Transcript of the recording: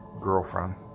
girlfriend